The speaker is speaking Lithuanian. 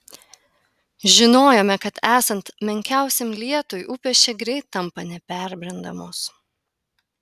žinojome kad esant menkiausiam lietui upės čia greit tampa neperbrendamos